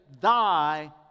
Thy